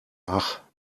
ach